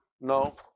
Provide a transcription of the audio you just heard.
No